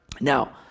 now